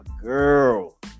girl